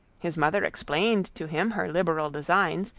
his mother explained to him her liberal designs,